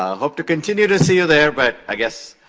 ah hope to continue to see you there. but i guess,